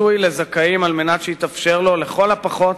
הפיצוי לזכאים על מנת שיתאפשר להם לכל הפחות